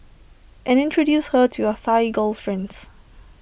and introduce her to your fine girlfriends